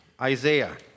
Isaiah